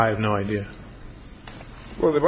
i have no idea where the